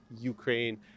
Ukraine